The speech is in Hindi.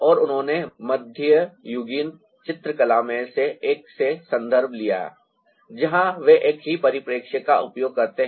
और उन्होंने मध्ययुगीन चित्रकला में से एक से संदर्भ लिया जहां वे एक ही परिप्रेक्ष्य का उपयोग करते हैं